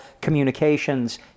communications